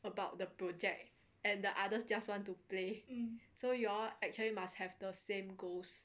about the project and the others just want to play so your actually must have the same goals